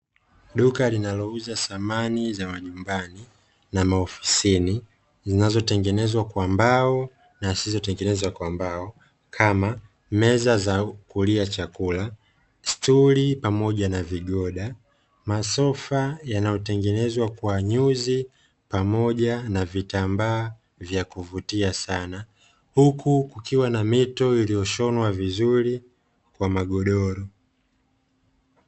Duka linalouza samani za nyumbani na maofisini, zinazotengenezwa kwa mbao na zisizotengeneza kwa mbao kama meza za kulia chakula, stuli pamoja na vigoda, masofa yanayotengenezwa kwa nyuzi pamoja na vitambaa vya kuvutia sana, huku kukiwa na mito iliyoshonwa vizuri kwa magodoro.